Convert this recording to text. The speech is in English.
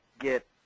get